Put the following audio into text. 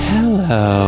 Hello